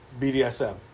BDSM